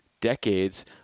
decades